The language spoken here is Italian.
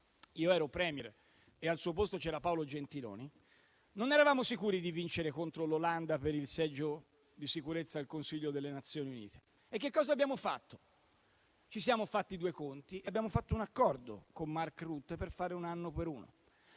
io ero *Premier* e al suo posto c'era Paolo Gentiloni - non eravamo sicuri di vincere contro l'Olanda per il seggio al Consiglio di sicurezza delle Nazioni Unite. Cosa abbiamo fatto? Ci siamo fatti due conti e abbiamo fatto un accordo con Mark Rutte, per fare un anno per uno.